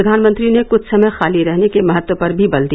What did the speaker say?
प्रधानमंत्री ने कुछ समय खाली रहने के महत्व पर भी बल दिया